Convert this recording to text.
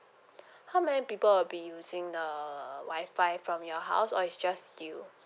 how many people will be using the WI-FI from your house or it's just you